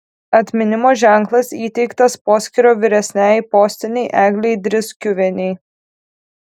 atminimo ženklas įteiktas poskyrio vyresniajai postinei eglei driskiuvienei